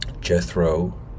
Jethro